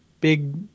big